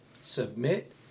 submit